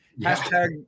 Hashtag